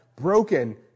broken